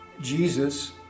Jesus